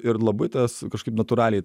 ir labai tas kažkaip natūraliai